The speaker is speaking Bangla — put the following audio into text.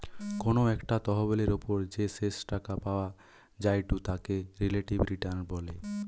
কোনো একটা তহবিলের ওপর যে শেষ টাকা পাওয়া জায়ঢু তাকে রিলেটিভ রিটার্ন বলে